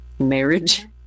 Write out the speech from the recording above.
marriage